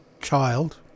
child